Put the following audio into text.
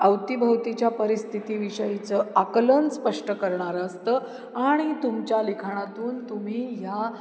अवतीभवतीच्या परिस्थिती विषयीचं आकलन स्पष्ट करणारं असतं आणि तुमच्या लिखाणातून तुम्ही ह्या